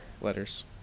letters